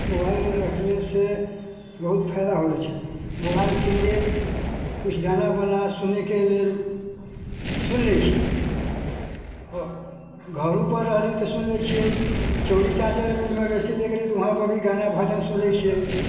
mobile रखलेसँ बहुत फायदा होबै छै मोबाइल किनलिए किछु गाना वाना सुनैके लेल सुनि लै छी घरोपर रहली तऽ सुनि लै छिए चौँड़ी चाँचरमे मवेशी लऽ गेलिए तऽ वहाँपर भी गाना भजन सुनि लै छिए